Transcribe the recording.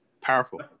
Powerful